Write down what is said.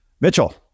Mitchell